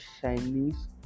Chinese